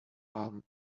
are